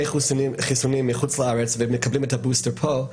חיסונים מחו"ל והם מקבלים את הבוסטר פה.